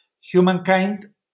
humankind